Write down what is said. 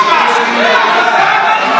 תתביישו לכם.